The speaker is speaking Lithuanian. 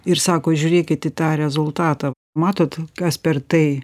ir sako žiūrėkit į tą rezultatą matot kas per tai